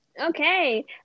okay